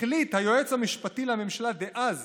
החליט היועץ המשפטי לממשלה דאז